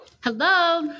Hello